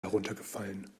heruntergefallen